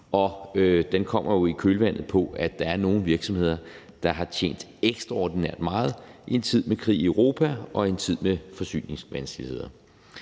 og den kommer jo i kølvandet på, at der er nogle virksomheder, der har tjent ekstraordinært meget i en tid med krig i Europa og en tid med forsyningsvanskeligheder.